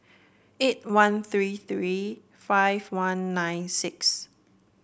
eight one three three five one nine six